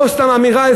לא סתם אמירה,